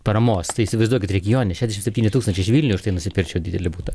paramos tai įsivaizduokit regione šešiasdešimt septyni tūkstančiai čia vilniuj už tai nusipirkčiau didelį butą